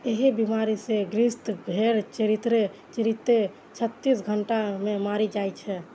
एहि बीमारी सं ग्रसित भेड़ चरिते चरिते छत्तीस घंटा मे मरि जाइ छै